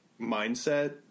mindset